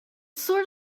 sort